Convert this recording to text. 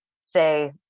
say